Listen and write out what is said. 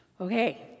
Okay